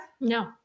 no